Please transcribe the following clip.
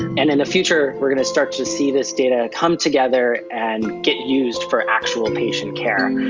and in the future, we're going to start to see this data come together and get used for actual patient care.